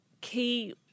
key